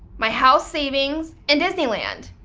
my house savings, and disneyland.